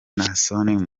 naasson